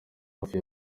hafi